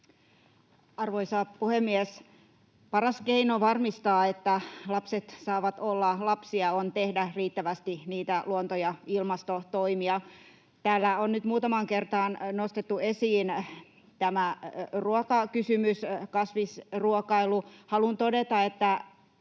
Arvoisa puhemies! Paras keino varmistaa, että lapset saavat olla lapsia, on tehdä riittävästi niitä luonto- ja ilmastotoimia. Täällä on nyt muutamaan kertaan nostettu esiin ruokakysymys, kasvisruokailu. Haluan todeta, että